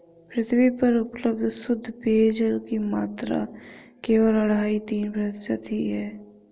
पृथ्वी पर उपलब्ध शुद्ध पेजयल की मात्रा केवल अढ़ाई तीन प्रतिशत ही है